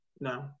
No